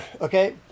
okay